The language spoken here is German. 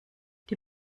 die